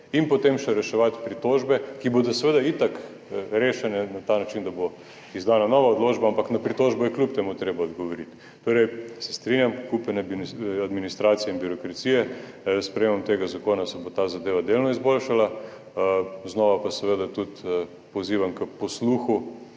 in potem še reševati pritožbe, ki bodo seveda itak rešene na ta način, da bo izdana nova odločba, ampak na pritožbo je kljub temu treba odgovoriti. Torej se strinjam, kup ene administracije in birokracije. S sprejetjem tega zakona se bo ta zadeva delno izboljšala. Znova pa seveda tudi pozivam k posluhu